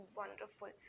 wonderful